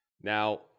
Now